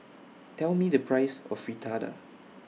Tell Me The Price of Fritada